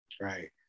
Right